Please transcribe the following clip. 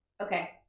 Okay